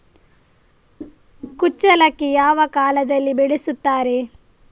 ಕುಚ್ಚಲಕ್ಕಿ ಯಾವ ಕಾಲದಲ್ಲಿ ಬೆಳೆಸುತ್ತಾರೆ?